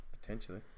Potentially